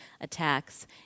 attacks